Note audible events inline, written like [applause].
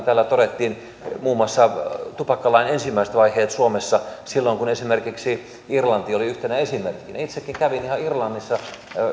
[unintelligible] täällä todettiin muun muassa tupakkalain ensimmäiset vaiheet suomessa kun irlanti oli yhtenä esimerkkinä itsekin kävin ihan irlannissa